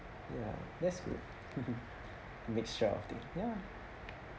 ya that's good mixture of things ya